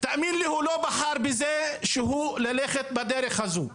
תאמין לי, הוא לא בחר ללכת בדרך הזו.